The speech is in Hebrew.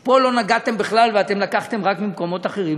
פה לא נגעתם בכלל ולקחתם רק ממקומות אחרים?